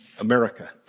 America